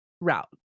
route